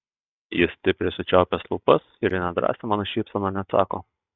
jis stipriai sučiaupęs lūpas ir į nedrąsią mano šypseną neatsako